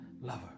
lover